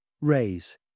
Raise